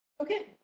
Okay